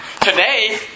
Today